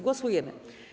Głosujemy.